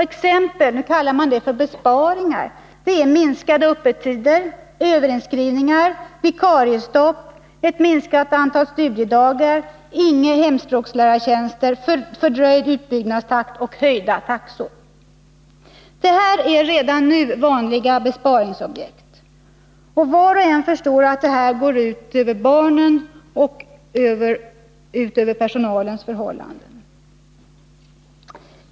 Exempel på s.k. besparingar är minskade öppettider, överinskrivningar, vikariestopp, minskat antal studiedagar, inga hemspråkslärartjänster, fördröjd utbyggnadstakt och höjda taxor. Dessa besparingsobjekt är redan nu vanliga. Var och en förstår att besparingarna går ut över barnen och personalens förhållanden.